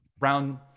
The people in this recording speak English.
round